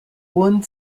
one